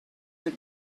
your